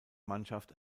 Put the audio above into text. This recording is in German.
mannschaft